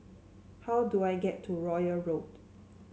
how do I get to Royal Road